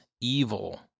evil